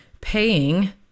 paying